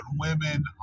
women